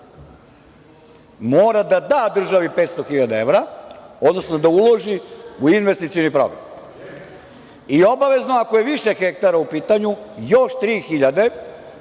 mora da da državi 500 hiljada evra, odnosno da uloži u investicioni program. I obavezno, ako je više hektara u pitanju, još tri